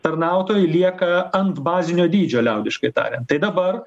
tarnautojai lieka ant bazinio dydžio liaudiškai tariant tai dabar